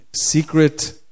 secret